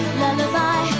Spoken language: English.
lullaby